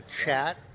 chat